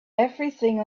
everything